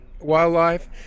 wildlife